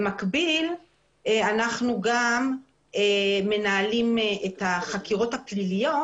במקביל אנחנו גם מנהלים את החקירות הפליליות